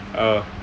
uh